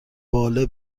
باله